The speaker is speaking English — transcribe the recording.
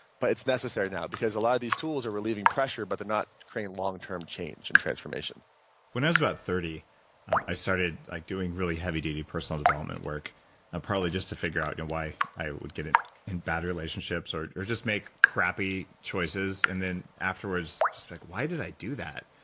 but it's necessary now because a lot of these tools are relieving pressure, but they're not creating long-term change and transformation when i was about thirty i started like doing really heavy duty personal development work probably just to figure out and why i would get in in bad relationships or or just make crappy choices and then afterwards just be like, why did i do that?